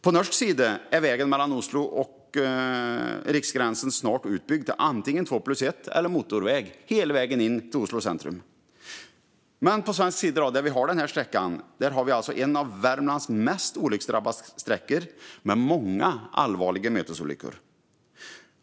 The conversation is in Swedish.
På norsk sida är vägen mellan riksgränsen och Oslo snart utbyggd till antingen två-plus-ett-väg eller motorväg hela vägen från gränsen och in till Oslo centrum. På svensk sida har vi den här åtta mil långa sträckan som är en av Värmlands mest olycksdrabbade sträckor med många allvarliga mötesolyckor.